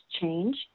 change